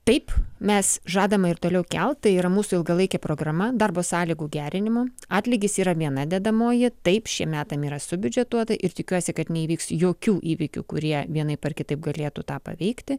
taip mes žadama ir toliau keltai yra mūsų ilgalaikė programa darbo sąlygų gerinimo atlygis yra viena dedamoji taip šie metai yra su biudžetu ir tikiuosi kad neįvyks jokių įvykių kurie vienaip ar kitaip galėtų tą paveikti